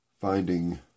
finding